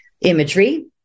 imagery